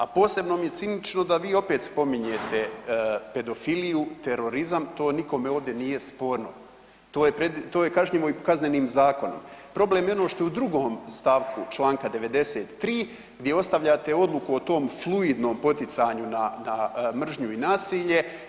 A posebno mi je cinično da vi opet spominjete pedofiliju, terorizam to nikome ovdje nije sporno, to je kažnjivo i Kaznenim zakonom, problem je ono što je u 2. stavku čl. 93., gdje ostavljate odluku o tom fluidnom poticanju na mržnju i nasilje.